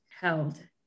held